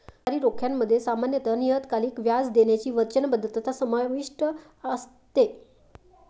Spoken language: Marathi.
सरकारी रोख्यांमध्ये सामान्यत नियतकालिक व्याज देण्याची वचनबद्धता समाविष्ट असते